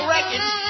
Records